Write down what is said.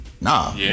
Nah